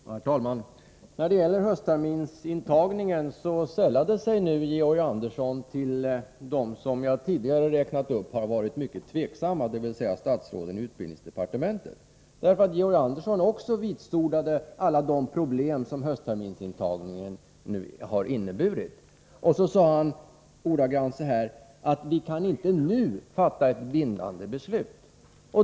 Herr talman! När det gäller höstterminsintagningen sällade sig Georg Andersson nu till dem som jag tidigare räknade upp som har varit mycket tveksamma, dvs. statsråden i utbildningsdepartementet. Georg Andersson vitsordade också alla de problem som höstterminsintagningen har inneburit. Han sade: Vi kan inte nu fatta ett bindande beslut.